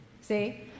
See